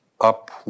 Up